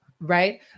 right